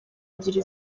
ebyiri